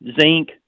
zinc